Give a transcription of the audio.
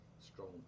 strong